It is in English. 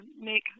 make